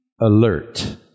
alert